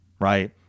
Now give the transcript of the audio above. right